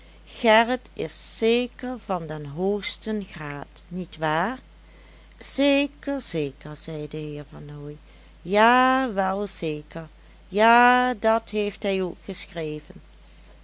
gerrit is zeker van den hoogsten graad niet waar zeker zeker zei de heer vernooy ja wel zeker ja dat heeft hij ook geschreven